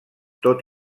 tot